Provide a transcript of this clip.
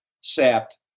sapped